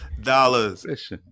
dollars